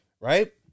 right